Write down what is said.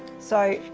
so